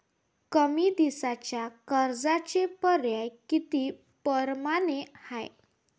कमी दिसाच्या कर्जाचे पर्याय किती परमाने हाय?